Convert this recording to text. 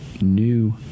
new